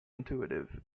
intuitive